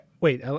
Wait